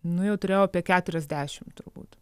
nu jau turėjau apie keturiasdešim turbūt